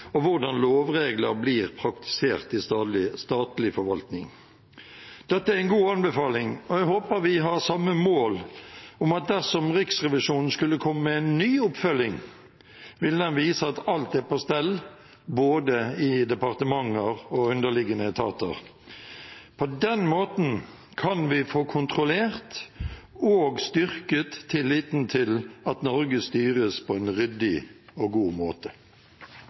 og hvordan lovregler blir praktisert i statlig forvaltning. Dette er en god anbefaling, og jeg håper vi har samme mål om at dersom Riksrevisjonen skulle komme med en ny oppfølging, vil den vise at alt er på stell i både departementer og underliggende etater. På den måten kan vi få kontrollert og styrket tilliten til at Norge styres på en ryddig og god måte!